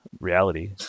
reality